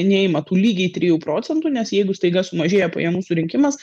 neima tų lygiai trijų procentų nes jeigu staiga sumažėja pajamų surinkimas